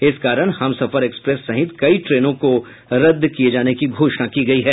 इस कारण हमसफर एक्सप्रेस सहित कई ट्रेनों को रद्द करने की घोषणा की गयी है